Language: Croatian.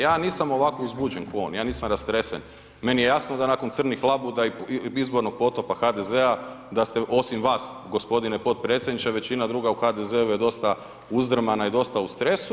Ja nisam ovako uzbuđen ko on ja nisam rastresen, meni je jasno da nakon crnih labuda i izbornog potopa HDZ-a da ste osim vas gospodine potpredsjedniče većina druga u HDZ-u je dosta uzdrmana i dosta u stresu.